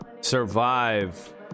survive